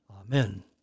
Amen